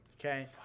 Okay